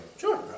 Sure